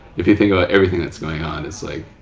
if you think about everything that's going on it's like